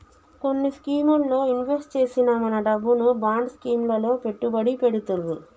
కొన్ని స్కీముల్లో ఇన్వెస్ట్ చేసిన మన డబ్బును బాండ్ స్కీం లలో పెట్టుబడి పెడతుర్రు